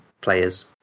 players